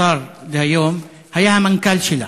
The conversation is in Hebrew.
השר דהיום, היה המנכ"ל שלה.